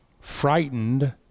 frightened